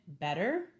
better